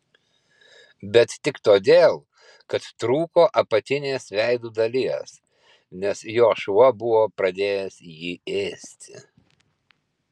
bet tik todėl kad trūko apatinės veido dalies nes jo šuo buvo pradėjęs jį ėsti